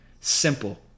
Simple